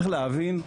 צריך להבין,